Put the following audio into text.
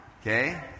Okay